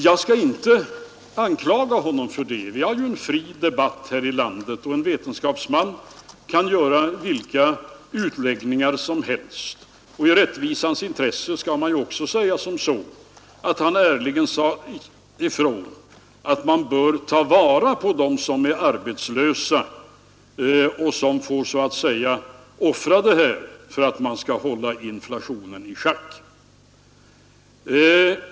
Jag skall inte anklaga honom för det — vi har en fri debatt här i landet, och en vetenskapsman kan göra vilka utläggningar som helst. I rättvisans intresse skall också sägas att han ärligen sade ifrån att man bör ta vara på dem som är arbetslösa och som får så att säga offra sin sysselsättning för att man skall kunna hålla inflationen i schack.